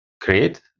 create